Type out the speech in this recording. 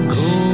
go